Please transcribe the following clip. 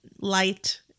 light